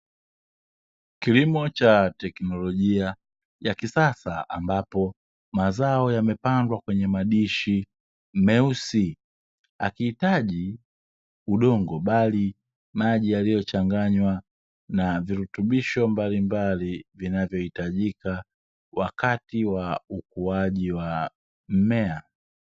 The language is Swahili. Kilimo cha teknolojia ya kisasa, ambapo mazao yamepandwa kwenye madishi meusi. Hakihitaji udongo bali maji yaliyochanganywa na virutubisho mbalimbali vinavyohitajika wakati wa ukuaji wa mmea.